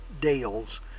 Dales